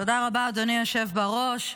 תודה רבה, אדוני היושב בראש.